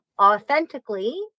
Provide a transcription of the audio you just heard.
authentically